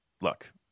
look